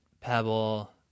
Pebble